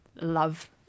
love